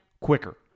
quicker